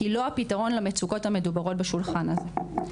היא לא הפתרון למצוקות המדוברות בשולחן הזה.